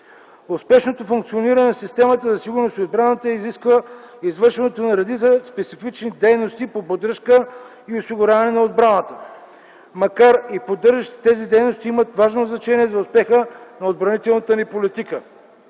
Успешното функциониране на системата за сигурност и отбрана изисква извършването на редица специфични дейности по поддръжка и осигуряване на отбраната, макар и поддържащи тези дейности имат важно значение за успеха на отбранителната ни политика.